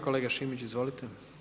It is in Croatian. Kolega Šimić, izvolite.